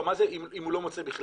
מה יקרה אם לא מוצאים?